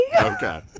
Okay